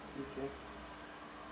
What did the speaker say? okay